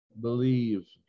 believe